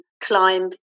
climb